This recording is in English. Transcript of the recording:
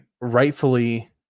rightfully